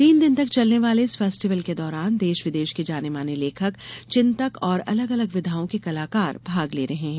तीन दिन तक चलने वाले इस फेस्टिवल के दौरान देश विदेश के जाने माने लेखक चिंतक और अलग अलग विधाओं के कलाकार भाग ले रहे हैं